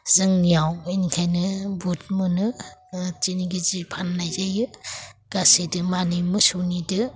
जोंनियाव बेनिखायनो बुहुद मोनो तिन केजि फाननाय जायो गासैदो मानै मोसौनिदो